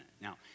Now